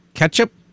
Ketchup